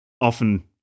often